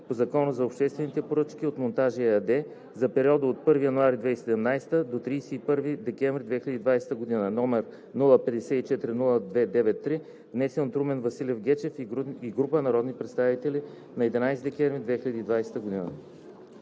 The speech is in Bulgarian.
по Закона за обществените поръчки от „Монтажи“ ЕАД за периода от 1 януари 2017 г. до 31 декември 2020 г., № 054-02-93, внесен от Румен Василев Гечев и група народни представители на 11 декември 2020 г.“